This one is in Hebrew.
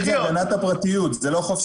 זו הגנת הפרטיות זה לא חופש המידע.